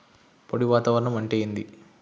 పొడి వాతావరణం అంటే ఏంది?